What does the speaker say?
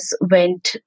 went